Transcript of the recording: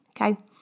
Okay